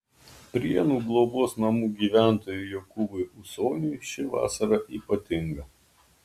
prienų globos namų gyventojui jokūbui ūsoniui ši vasara ypatinga